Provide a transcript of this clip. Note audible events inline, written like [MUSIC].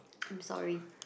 [NOISE] I'm sorry